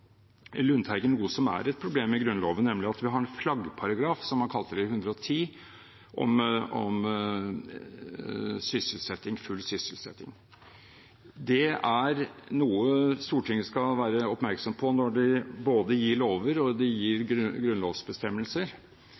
Lundteigen noe som er et problem i Grunnloven, nemlig at vi har en flaggparagraf – som han kalte det –§ 110, om full sysselsetting. Noe Stortinget skal være oppmerksom på, både når de gir lover, og når de gir grunnlovsbestemmelser,